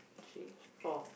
three four